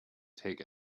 take